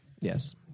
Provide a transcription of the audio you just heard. Yes